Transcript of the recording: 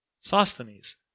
Sosthenes